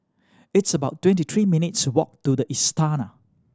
it's about twenty three minutes' walk to The Istana